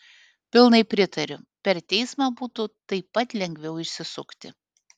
pilnai pritariu per teismą būtų taip pat lengviau išsisukti